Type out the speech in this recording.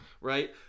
Right